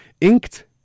inked